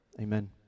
Amen